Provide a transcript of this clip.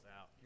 out